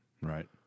Right